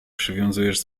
przywiązujesz